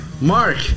Mark